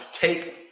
take